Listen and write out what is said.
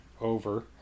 over